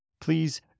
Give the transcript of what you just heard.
please